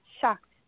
shocked